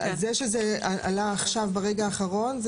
זה שזה עלה עכשיו ברגע האחרון,